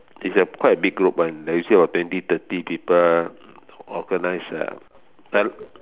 it's a quite a big group [one] then you see about twenty thirty people organise uh